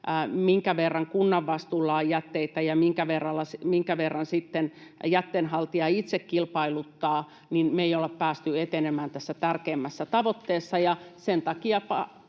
minkä verran kunnan vastuulla on jätteitä ja minkä verran sitten jätteenhaltija itse kilpailuttaa, niin me ei olla päästy etenemään tässä tärkeimmässä tavoitteessa,